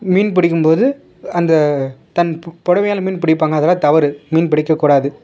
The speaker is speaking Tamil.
மீன் பிடிக்கும் போது அந்த தன் புடவையால மீன் பிடிப்பாங்க அதெலாம் தவறு மீன் பிடிக்கக்கூடாது